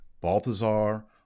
Balthazar